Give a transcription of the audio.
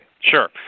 Sure